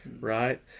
right